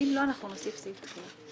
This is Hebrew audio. אם לא, אנחנו נוסיף סעיף תחילה.